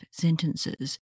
sentences